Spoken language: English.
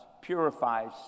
purifies